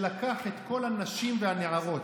שלקח את כל הנשים והנערות.